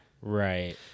Right